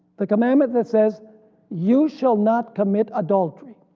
the commandment that says you shall not commit adultery,